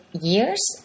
years